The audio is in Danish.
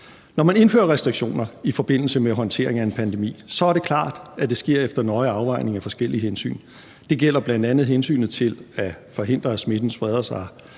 Når man indfører restriktioner i forbindelse med håndteringen af en pandemi, er det klart, at det sker efter nøje afvejning af forskellige hensyn. Det gælder bl.a. hensynet til at forhindre, at smitten spreder sig